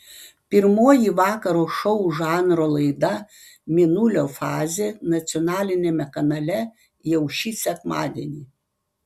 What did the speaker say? pirmoji vakaro šou žanro laida mėnulio fazė nacionaliniame kanale jau šį sekmadienį